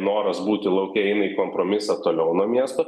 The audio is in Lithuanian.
noras būti lauke eina į kompromisą toliau nuo miesto